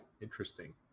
Interesting